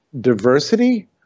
diversity